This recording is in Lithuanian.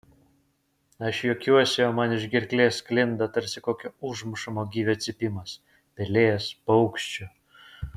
aš juokiuosi o man iš gerklės sklinda tarsi kokio užmušamo gyvio cypimas pelės paukščio